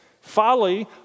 folly